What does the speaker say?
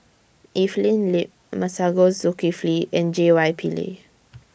Evelyn Lip Masagos Zulkifli and J Y Pillay